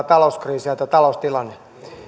talouskriisi ja tämä taloustilanne on väärin sammutettu